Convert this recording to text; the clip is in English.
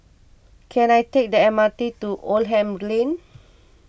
can I take the M R T to Oldham Lane